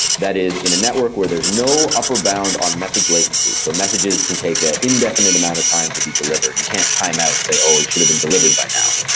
that is in a network where there is no upper bound on message latency. so messages can take an indefinite amount of time to be delivered. you can't timeout and say, oh! it should have been delivered by now.